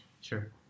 Sure